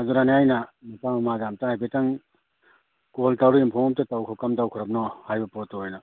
ꯑꯗꯨꯗꯅꯤ ꯑꯩꯅ ꯃꯄꯥ ꯃꯃꯥꯗ ꯑꯝꯇ ꯍꯥꯏꯐꯦꯠꯇꯪ ꯀꯣꯜ ꯇꯧꯔ ꯏꯟꯐꯣꯝ ꯑꯝꯇ ꯇꯧꯈꯣ ꯀꯝꯗꯧꯈ꯭ꯔꯕꯅꯣ ꯍꯥꯏꯕ ꯄꯣꯠꯇꯣꯑꯅ